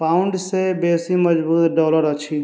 pound से बेसी मजबूत डॉलर अछि